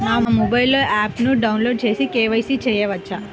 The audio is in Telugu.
నా మొబైల్లో ఆప్ను డౌన్లోడ్ చేసి కే.వై.సి చేయచ్చా?